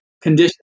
condition